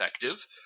effective